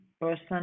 person